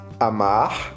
Amar